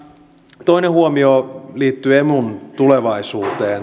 toinen huomio liittyy emun tulevaisuuteen